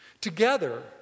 Together